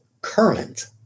current